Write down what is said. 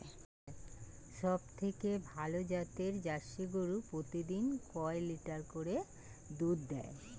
সবথেকে ভালো জাতের জার্সি গরু প্রতিদিন কয় লিটার করে দুধ দেয়?